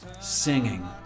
singing